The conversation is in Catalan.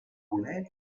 voler